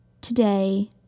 today